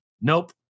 Nope